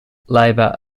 labour